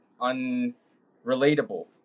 unrelatable